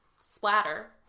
splatter